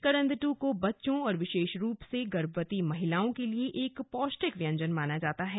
करंददू को बच्चों विशेष रूप से गर्भवती महिलाओं के लिए एक पौष्टिक व्यंजन माना जाता है